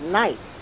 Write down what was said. night